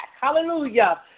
Hallelujah